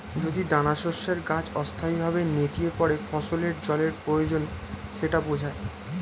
যদি দানাশস্যের গাছ অস্থায়ীভাবে নেতিয়ে পড়ে ফসলের জলের প্রয়োজন সেটা বোঝায়